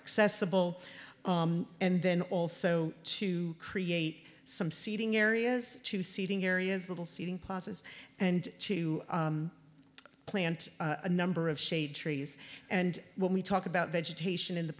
accessible and then also to create some seating areas to seating areas little seating passes and to plant a number of shade trees and when we talk about vegetation in the